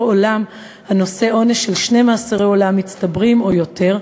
עולם הנושא עונש של שני מאסרי עולם מצטברים או יותר,